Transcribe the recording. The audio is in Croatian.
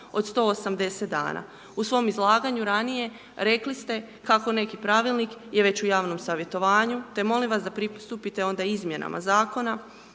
od 180 dana. U svom izlaganju ranije rekli ste kako neki pravilnik je već u javnom savjetovanju te molim vas da pristupite onda izmjenama zakona